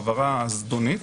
העברה זדונית